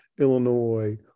Illinois